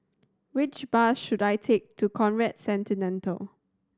which bus should I take to Conrad